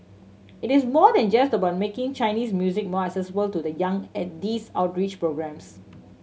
it is more than just about making Chinese music more accessible to the young at these outreach programmes